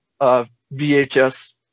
VHS